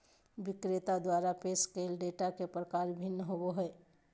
विक्रेता द्वारा पेश कइल डेटा के प्रकार भिन्न होबो हइ